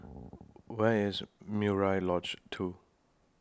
Where IS Murai Lodge two